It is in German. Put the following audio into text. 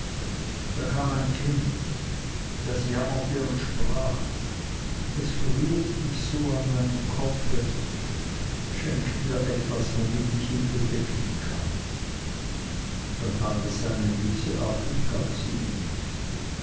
da kam ein kind das jammerte und sprach es friert mich so an meinem kopfe schenk mir etwas womit ich ihn bedecken kann da tat es seine mütze ab und gab sie ihm